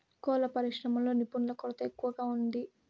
కోళ్ళ పరిశ్రమలో నిపుణుల కొరత ఎక్కువగా ఉంది